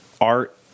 art